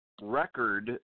record